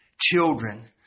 children